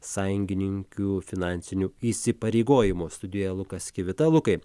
sąjungininkių finansinių įsipareigojimų studijoje lukas kivita lukai